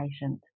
patient